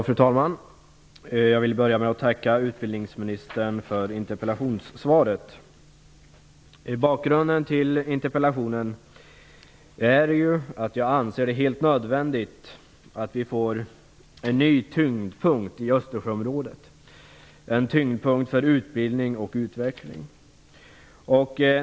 Fru talman! Jag vill börja med att tacka utbildningsministern för interpellationssvaret. Bakgrunden till interpellationen är att jag anser det helt nödvändigt att vi får en ny tyngdpunkt i Östersjöområdet - en tyngdpunkt för utbildning och utveckling.